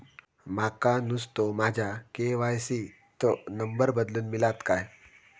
माका नुस्तो माझ्या के.वाय.सी त नंबर बदलून मिलात काय?